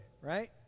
right